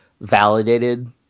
validated